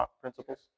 principles